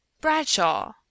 Bradshaw